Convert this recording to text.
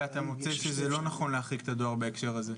ואתה מוצא שזה לא נכון להחריג את הדואר בהקשר הזה?